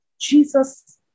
Jesus